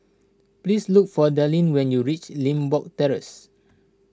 please look for Darlene when you reach Limbok Terrace